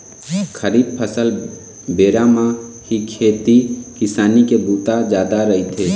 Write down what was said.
खरीफ फसल बेरा म ही खेती किसानी के बूता जादा रहिथे